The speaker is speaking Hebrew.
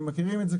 אתם מכירים את זה,